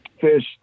fish